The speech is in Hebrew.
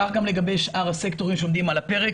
כך גם לגבי שאר הסקטורים שעומדים על הפרק.